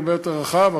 הרבה יותר רחב,